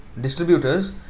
distributors